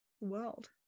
world